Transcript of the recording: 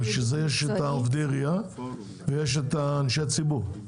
אבל בשביל זה יש את עובדי העירייה ויש את אנשי הציבור,